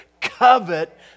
Covet